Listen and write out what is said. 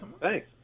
Thanks